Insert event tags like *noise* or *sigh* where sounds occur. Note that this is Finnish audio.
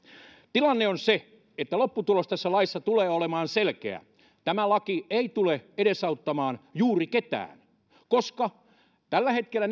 tilanne on se että lopputulos tässä laissa tulee olemaan selkeä tämä laki ei tule edesauttamaan juuri ketään koska tällä hetkellä *unintelligible*